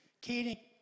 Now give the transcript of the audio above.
Katie